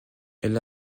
elle